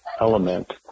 element